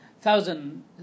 thousand